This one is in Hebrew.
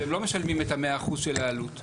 הם לא משלמים את המאה אחוז של העלות.